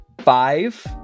five